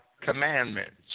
commandments